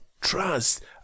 trust